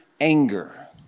anger